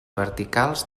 verticals